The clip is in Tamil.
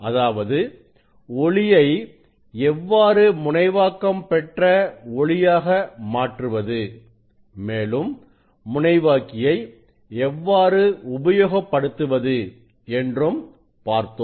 அதாவது ஒளியை எவ்வாறு முனைவாக்கம் பெற்ற ஒளியாக மாற்றுவது மேலும் முனைவாக்கியை எவ்வாறு உபயோகப்படுத்துவது என்றும் பார்த்தோம்